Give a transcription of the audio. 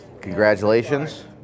Congratulations